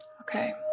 okay